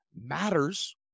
matters